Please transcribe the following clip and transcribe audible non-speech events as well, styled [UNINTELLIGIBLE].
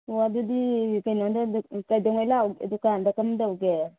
ꯑꯣ ꯑꯗꯨꯗꯤ ꯀꯩꯅꯣꯗ [UNINTELLIGIBLE] ꯀꯩꯗꯧꯉꯩ ꯂꯥꯛꯎꯒꯦ ꯗꯨꯀꯥꯟꯗ ꯀꯝꯗꯧꯒꯦ